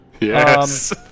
Yes